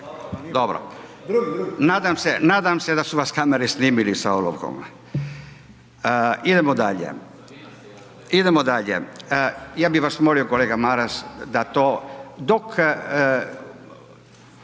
Dobro, nadam se da su vas kamere snimile sa olovkom. Idemo dalje, idemo dalje. Ja bi vas molio kolega Maras da to dok,